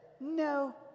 No